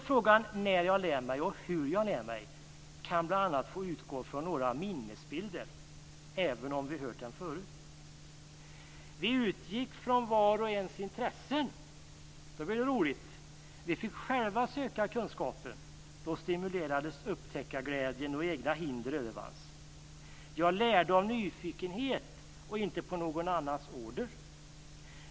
Frågan när jag lär mig och hur jag lär mig kan bl.a. få utgå från några minnesbilder, även om vi hört dem förut. Vi utgick från var och ens intressen. Då blev det roligt. Vi fick själva söka kunskapen. Då stimulerades upptäckarglädjen och egna hinder övervanns. Jag lärde av nyfikenhet och inte på någon annans order.